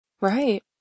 Right